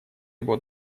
его